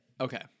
Okay